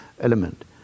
element